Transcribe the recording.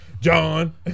John